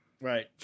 Right